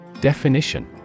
Definition